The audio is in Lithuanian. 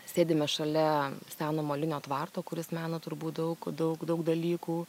sėdime šalia seno molinio tvarto kuris mena turbūt daug daug daug dalykų